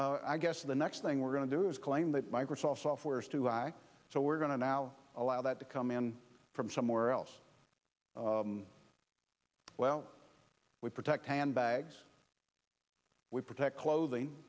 i guess the next thing we're going to do is claim that microsoft software is too high so we're going to now allow that to come in from somewhere else well we protect handbags we protect clothing